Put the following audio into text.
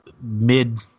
mid